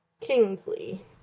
Kingsley